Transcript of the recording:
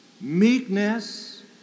meekness